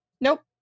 Nope